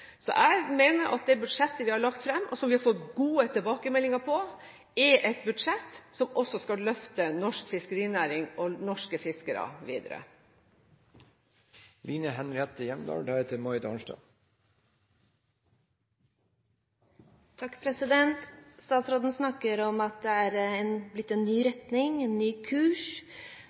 Så jeg mener at det budsjettet vi har lagt fram, og som vi har fått gode tilbakemeldinger på, er et budsjett som også skal løfte norsk fiskerinæring og norske fiskere videre. Statsråden snakker om at det er blitt en ny retning, en ny kurs.